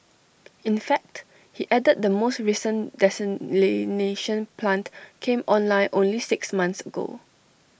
in fact he added the most recent desalination plant came online only six months ago